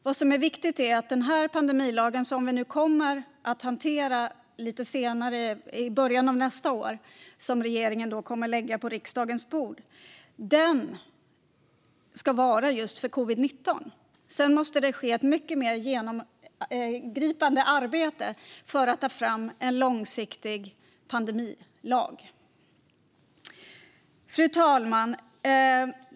Vad som är viktigt är att den här pandemilagen, som vi kommer att hantera i början av nästa år efter att regeringen lagt den på riksdagens bord, ska gälla just covid-19. Sedan måste det ske ett mycket mer genomgripande arbete för att ta fram en långsiktig pandemilag. Fru talman!